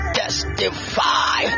testify